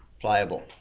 Pliable